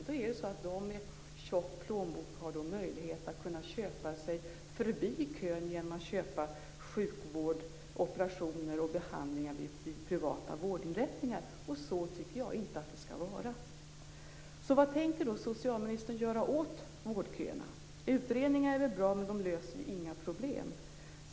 Då är det så att de med tjock plånbok har möjlighet att köpa sig förbi kön, genom att köpa sjukvård, operationer och behandlingar vid privata vårdinrättningar. Så tycker jag inte att det skall vara. Utredningar är väl bra, men de löser inga problem.